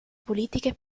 politiche